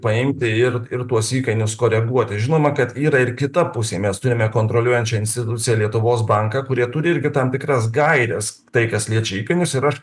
paimti ir ir tuos įkainius koreguoti žinoma kad yra ir kita pusė mes turime kontroliuojančią instituciją lietuvos banką kurie turi irgi tam tikras gaires tai kas liečia įkainius ir aš